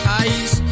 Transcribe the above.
eyes